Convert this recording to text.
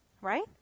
Right